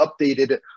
updated